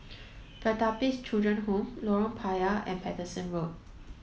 Pertapis Children Home Lorong Payah and Paterson Road